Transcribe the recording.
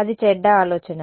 అది చెడ్డ ఆలోచన